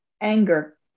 Anger